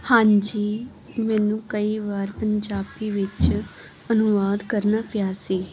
ਹਾਂਜੀ ਮੈਨੂੰ ਕਈ ਵਾਰ ਪੰਜਾਬੀ ਵਿੱਚ ਅਨੁਵਾਦ ਕਰਨਾ ਪਿਆ ਸੀ